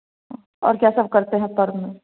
और क्या सब करते हैं पर्व में